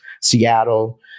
Seattle